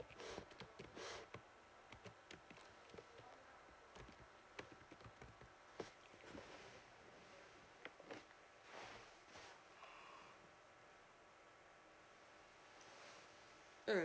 mm